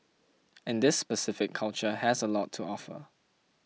and this specific culture has a lot to offer